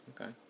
Okay